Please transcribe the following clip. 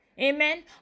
Amen